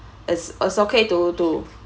is it's okay to to